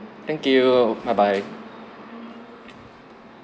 thank you bye bye